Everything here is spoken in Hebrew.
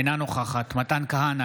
אינה נוכחת מתן כהנא,